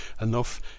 Enough